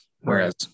whereas